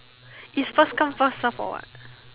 is first come first serve or what